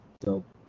dope